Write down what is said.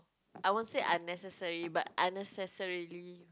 I won't say unnecessary but unnecessarily